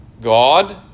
God